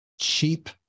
cheap